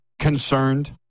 concerned